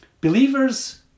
Believers